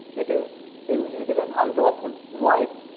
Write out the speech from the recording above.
it is illegal and unlawful. why?